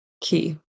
key